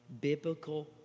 biblical